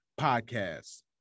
podcast